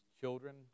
children